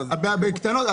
לא, אבל זה כמות קטנה מאוד.